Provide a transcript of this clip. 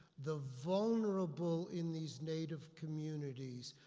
the vulnerable in these native communities,